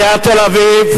חברת הכנסת אורלי אבקסיס,